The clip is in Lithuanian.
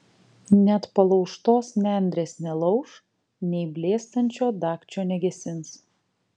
net palaužtos nendrės nelauš nei blėstančio dagčio negesins